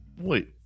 Wait